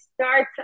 starts